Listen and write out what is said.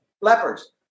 lepers